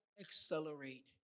accelerate